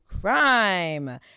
crime